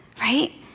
right